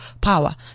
power